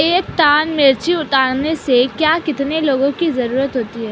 एक टन मिर्ची उतारने में कितने लोगों की ज़रुरत होती है?